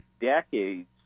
decades